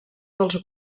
dels